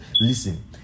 listen